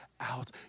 out